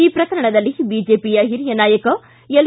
ಈ ಪ್ರಕರಣದಲ್ಲಿ ಬಿಜೆಪಿಯ ಹಿರಿಯ ನಾಯಕ ಎಲ್